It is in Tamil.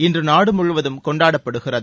இன்று நாடு முழுவதும் கொண்டாடப்படுகிறது